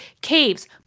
caves